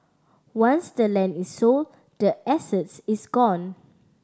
once the land is sold the asset is gone